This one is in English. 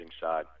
side